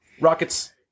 Rockets